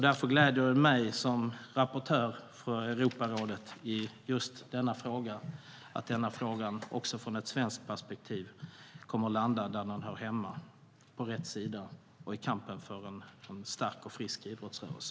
Därför gläder det mig som rapportör i Europarådet i denna fråga att den ur ett svenskt perspektiv kommer att landa där den hör hemma, i kampen för en stark och frisk idrottsrörelse.